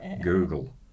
Google